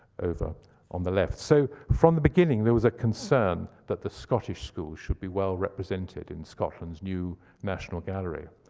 over on the left. so from the beginning, there was a concern that the scottish school should be well represented in scotland's new national gallery.